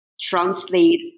translate